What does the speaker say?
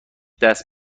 دست